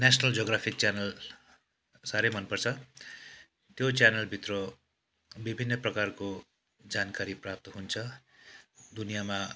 national Geography channel साह्रै मनपर्छ त्यो च्यानलभित्र विभिन्न प्रकारको जानकारी प्राप्त हुन्छ दुनियाँमा